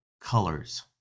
colors